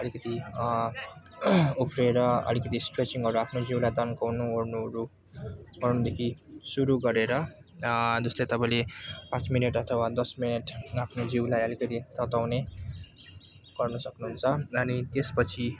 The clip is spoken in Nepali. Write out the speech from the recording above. अलिकति उफ्रेर अलिकति स्ट्रेचिङहरू आफ्नो जिउलाई तन्काउनुओर्नुहरू गर्नुदेखि सुरु गरेर जस्तै तपाईँले पाँच मिनट अथवा दस मिनट आफ्नो जिउलाई अलिकति तताउने गर्नु सक्नुहुन्छ अनि त्यसपछि